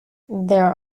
there